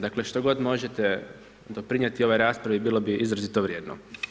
Dakle, što god možete doprinijeti ovoj raspravi, bilo bi izuzetno vrijedno.